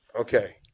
Okay